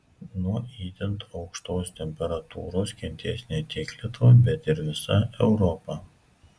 nuo itin aukštos temperatūros kentės ne tik lietuva bet ir visa europa